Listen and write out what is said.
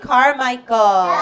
Carmichael